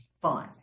fun